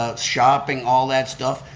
ah shopping, all that stuff,